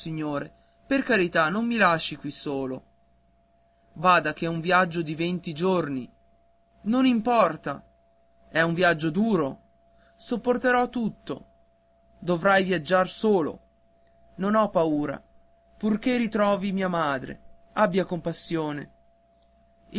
per carità non mi lasci qui solo bada che è un viaggio di venti giorni non importa è un viaggio duro sopporterò tutto dovrai viaggiar solo non ho paura di nulla purché ritrovi mia madre abbia compassione